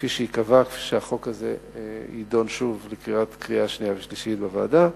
כפי שייקבע כשהחוק הזה יידון שוב לקראת קריאה שנייה ושלישית בוועדה,